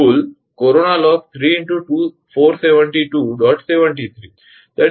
cool corona loss 3 × 472